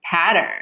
pattern